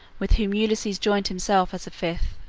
with whom ulysses joined himself as a fifth.